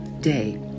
Day